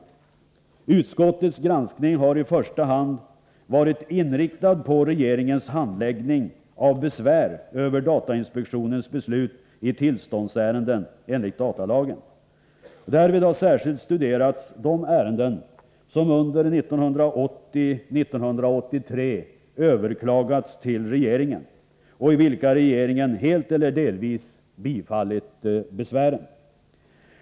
Utskottets granskning har i första hand varit inriktad på regeringens handläggning av besvär över datainspektionens beslut i tillståndsärenden enligt datalagen. Därvid har särskilt studerats de ärenden som under 1980-1983 överklagats till regeringen och i vilka regeringen helt eller delvis bifallit besvären.